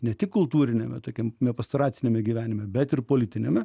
ne tik kultūriniame tokiam pastoraciniame gyvenime bet ir politiniame